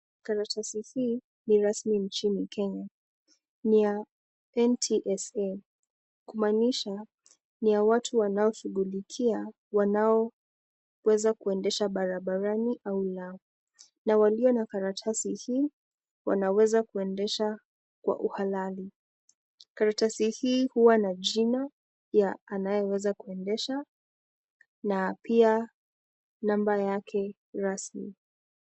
Karatasi hii ni rasmi nchini Kenya. Ni ya NTSA, kumaanisha ni ya watu wanaoshughulikia wanao weza kuendesha barabarani au la. Na walio na karatasi hii wanaweza kuendesha kwa uhalali. Karatasi hii huwa na jina ya anayeweza kuendesha na pia namba yake rasmi.